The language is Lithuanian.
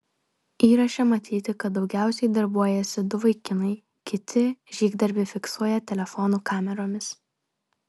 įraše matyti kad daugiausiai darbuojasi du vaikinai kiti žygdarbį fiksuoja telefonų kameromis